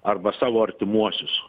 arba savo artimuosius